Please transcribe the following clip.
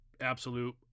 absolute